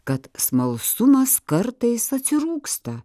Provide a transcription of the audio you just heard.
kad smalsumas kartais atsirūgsta